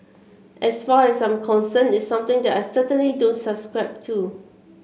as far as I'm concerned it's something that I certainly don't subscribe to